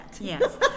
Yes